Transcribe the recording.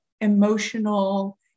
emotional